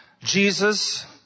Jesus